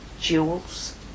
Jewels